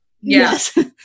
Yes